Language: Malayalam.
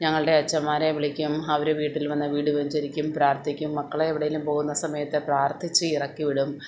ഞങ്ങളുടെ അച്ചന്മാരെ വിളിക്കും അവർ വീട്ടിൽ വന്ന് വീട് വെഞ്ചരിക്കും പ്രാർത്ഥിക്കും മക്കളെ എവിടെയെങ്കിലും പോകുന്ന സമയത്ത് പ്രാർത്ഥിച്ച് ഇറക്കിവിടും